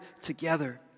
together